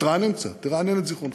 תתרענן קצת, תרענן את זיכרונך.